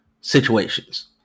situations